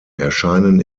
erscheinen